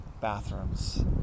bathrooms